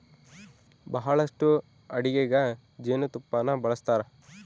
ಬಹಳಷ್ಟು ಅಡಿಗೆಗ ಜೇನುತುಪ್ಪನ್ನ ಬಳಸ್ತಾರ